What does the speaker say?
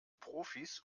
profis